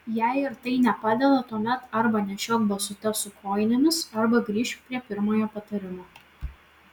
jei ir tai nepadeda tuomet arba nešiok basutes su kojinėmis arba grįžk prie pirmojo patarimo